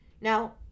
now